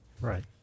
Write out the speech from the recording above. Right